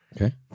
Okay